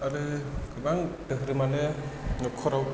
आरो गोबां दोहोरोमानो न'खराव